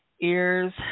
ears